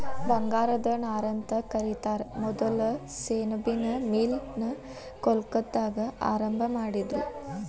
ಬಂಗಾರದ ನಾರಂತ ಕರಿತಾರ ಮೊದಲ ಸೆಣಬಿನ್ ಮಿಲ್ ನ ಕೊಲ್ಕತ್ತಾದಾಗ ಆರಂಭಾ ಮಾಡಿದರು